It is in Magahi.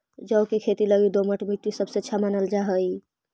जौ के खेती लगी दोमट मट्टी सबसे अच्छा मानल जा हई